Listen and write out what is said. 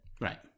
Right